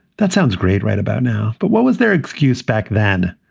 that sounds great right about now. but what was their excuse back then?